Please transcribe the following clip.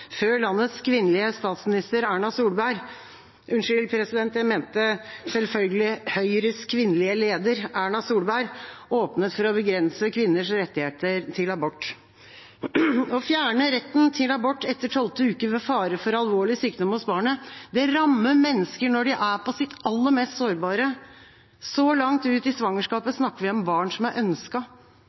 før landets kvinnelige statsminister, Erna Solberg – unnskyld, president – jeg mente selvfølgelig Høyres kvinnelige leder, Erna Solberg, åpnet for å begrense kvinners rettigheter til abort. Å fjerne retten til abort etter tolvte uke ved fare for alvorlig sykdom hos barnet rammer mennesker når de er på sitt aller mest sårbare. Så langt ut i svangerskapet snakker vi om barn som er